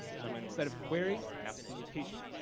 so i'm gonna instead of query, i ask for mutation.